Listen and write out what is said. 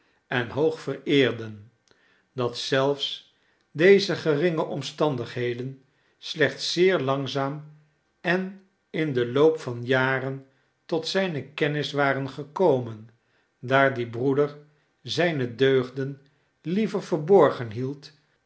en hoog vereerden dat zelfs deze geringe omstandigheden slechts zeer langzaam en in den loop van jaren tot zijne kennis waren gekomen daar die broeder zijne deugden liever verborgen hield